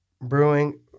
brewing